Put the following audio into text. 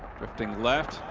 drifting left.